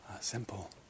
Simple